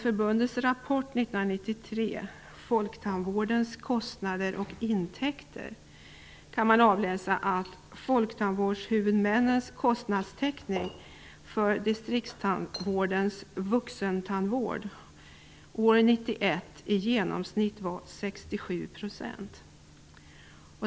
''Folktandvårdens kostnader och intäkter'' kan man avläsa att folktandvårdshuvudmännens kostnadstäckning för distriktstandvårdens vuxentandvård år 1991 i genomsnitt var 67 %.